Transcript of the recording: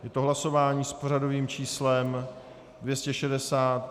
Je to hlasování s pořadovým číslem 260.